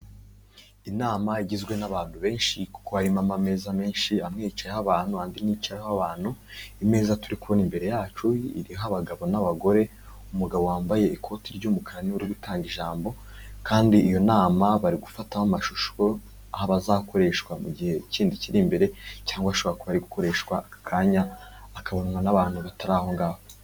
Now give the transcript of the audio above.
Inama igizwe n'abantu benshi kuko harimo amameza menshi, amwe yicayeho abantu andi ntyiicayeho abantu, imeza turi kubona imbere yacu, iriho abagabo n'abagore, umugabo wambaye ikoti ry'umukara niwe uri gutanga ijambo, kandi iyo nama bari gufataho amashusho, aho aba azakoreshwa mu gihe kindi kiri imbere, cyangwa ashobora kuba ari gukoreshwa ako kanya, akabonwa n'abantu batari aho ngaho.